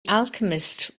alchemist